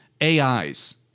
AIs